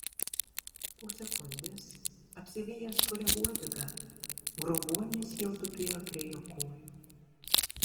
po sekundės apsivijęs puria uodega grobuonis jau tupėjo prie jo kojų